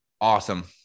awesome